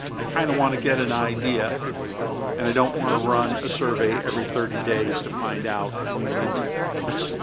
i kind of want to get an idea and i don't want to run a survey every thirty days to find out i mean that that's